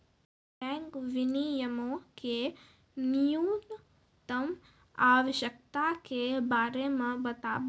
bank विनियमो के न्यूनतम आवश्यकता के बारे मे बताबो